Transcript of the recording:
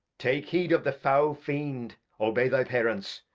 take heed of the fowl fiend obey thy parents,